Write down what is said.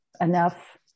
enough